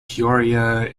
peoria